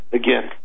again